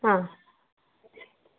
ಹಾಂ